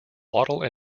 wattle